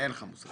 אין לך מושג.